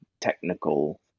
technical